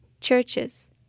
churches